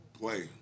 play